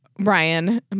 Ryan